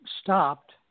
stopped